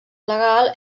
legal